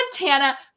Montana